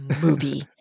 movie